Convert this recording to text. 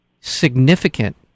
significant